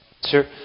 Sir